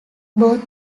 both